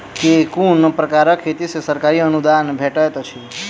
केँ कुन प्रकारक खेती मे सरकारी अनुदान भेटैत अछि?